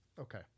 Okay